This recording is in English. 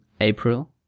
April